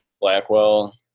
Blackwell